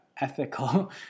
ethical